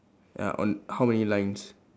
ya on how many lines